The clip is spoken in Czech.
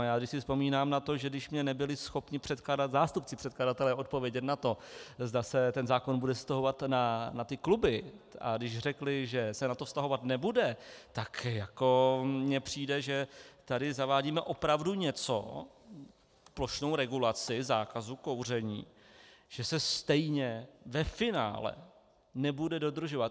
Když si vzpomínám na to, že mi nebyli schopni zástupci předkladatele odpovědět na to, zda se zákon bude vztahovat na kluby, a řekli, že se na to vztahovat nebude, tak mně přijde, že tady zavádíme opravdu něco, plošnou regulaci zákazu kouření, co se stejně ve finále nebude dodržovat.